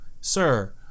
sir